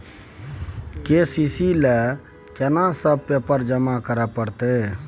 KCC ल केना सब पेपर जमा करै परतै?